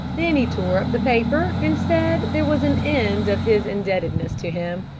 then he tore up the paper, and said there was an end of his indebtedness to him.